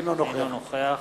אינו נוכח